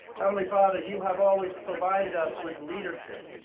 heavenly father, you have always provided us with leadership,